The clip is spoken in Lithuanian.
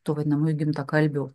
tų vadinamųjų gimtakalbių